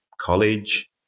college